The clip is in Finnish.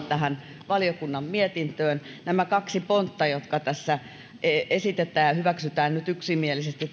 tähän valiokunnan mietintöön merkittävällä tavalla nämä kaksi pontta jotka tässä esitetään ja toivottavasti hyväksytään nyt yksimielisesti